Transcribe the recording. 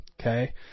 Okay